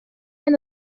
and